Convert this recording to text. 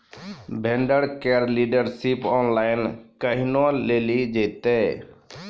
Vendor केर dealership online केहनो लियल जेतै?